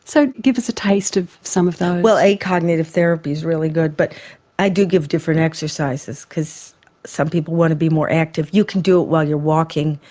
so give us a taste of some of those. well cognitive therapy is really good but i do give different exercises, because some people want to be more active, you can do it while you're walking.